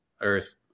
earth